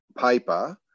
paper